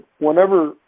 whenever